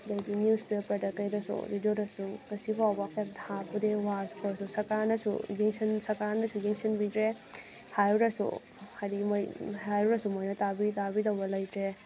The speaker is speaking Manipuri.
ꯑꯗꯩꯗꯤ ꯅꯤꯎꯁꯄꯦꯄꯔꯗ ꯀꯩꯗꯁꯨ ꯔꯦꯗꯤꯑꯣꯗꯁꯨ ꯉꯁꯤ ꯐꯥꯎꯕ ꯀꯩꯝꯇ ꯍꯥꯞꯄꯨꯗꯦ ꯋꯥꯔꯁꯨ ꯈꯣꯠꯂꯁꯨ ꯁꯔꯀꯥꯔꯅꯁꯨ ꯌꯦꯡꯁꯤꯟ ꯁꯔꯀꯥꯔꯅꯁꯨ ꯌꯦꯡꯁꯤꯟꯕꯤꯗ꯭ꯔꯦ ꯍꯥꯏꯔꯨꯔꯁꯨ ꯍꯥꯏꯗꯤ ꯃꯣꯏ ꯍꯥꯏꯔꯨꯔꯁꯨ ꯃꯣꯏꯅ ꯇꯥꯕꯤꯗꯧꯕ ꯂꯩꯇ꯭ꯔꯦ